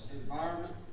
Environment